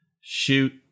Shoot